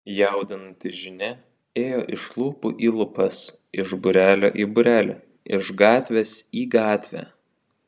jaudinanti žinia ėjo iš lūpų į lūpas iš būrelio į būrelį iš gatvės į gatvę